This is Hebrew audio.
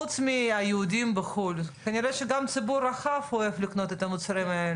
חוץ מהיהודים בחו"ל כנראה שגם ציבור רחב אוהב לקנות את המוצרים האלה.